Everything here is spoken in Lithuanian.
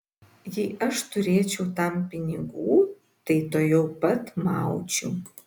jei aš turėčiau tam pinigų tai tuojau pat maučiau